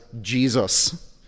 Jesus